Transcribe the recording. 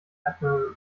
admiral